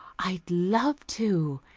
i'd love to.